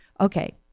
Okay